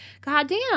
goddamn